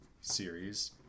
series